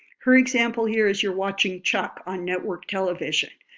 her example here is you're watching chuck on network television.